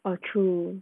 oh true